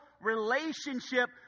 relationship